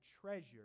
treasure